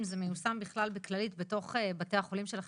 האם זה מיושם בכלל בכללית בתוך בתי החולים שלכם.